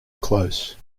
close